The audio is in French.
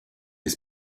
des